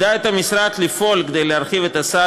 בדעת המשרד לפעול כדי להרחיב את הסל